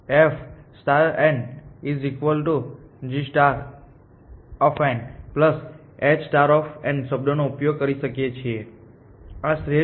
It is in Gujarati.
હવે આપણે f g h શબ્દનો ઉપયોગ કરીએ છીએ અને આ શ્રેષ્ઠ ખર્ચ છે